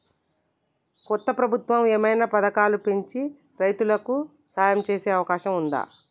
కొత్త ప్రభుత్వం ఏమైనా పథకాలు పెంచి రైతులకు సాయం చేసే అవకాశం ఉందా?